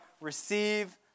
receive